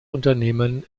unternehmen